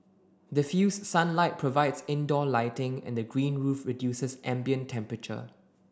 diffused sunlight provides indoor lighting and the green roof reduces ambient temperature